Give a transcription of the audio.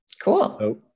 cool